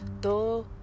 todo